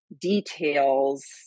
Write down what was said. details